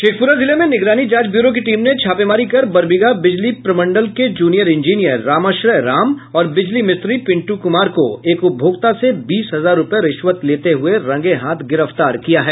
शेखपुरा जिले में निगरानी जांच ब्यूरो की टीम ने छापेमारी कर बरबीघा बिजली प्रमंडल के जूनियर इंजीनियर रामाश्रय राम और बिजली मिस्त्री पिंटू कुमार को एक उपभोक्ता से बीस हजार रूपये रिश्वत लेते हुए रंगे हाथ गिरफ्तार किया है